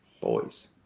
Boys